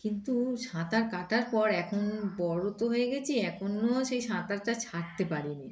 কিন্তু সাঁতার কাটার পর এখন বড় তো হয়ে গিয়েছি এখনও সেই সাঁতারটা ছাড়তে পারিনি